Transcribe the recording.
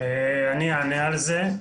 אני אענה על זה.